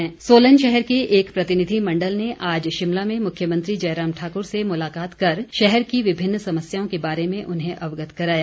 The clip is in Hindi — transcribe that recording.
प्रतिनिधिमण्डल सोलन शहर के एक प्रतिनिधिमण्डल ने आज शिमला में मुख्यमंत्री जयराम ठाकुर से मुलाकात कर शहर की विभिन्न समस्याओं के बारे में उन्हें अवगत कराया